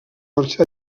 marxar